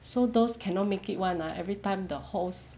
so those cannot make it [one] ah everytime the host